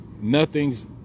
nothing's